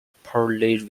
poorly